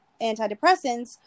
antidepressants